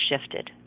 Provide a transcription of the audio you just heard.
shifted